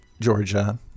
Georgia